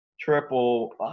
Triple